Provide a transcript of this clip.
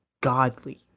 godly